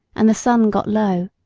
and the sun got low.